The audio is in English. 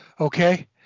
okay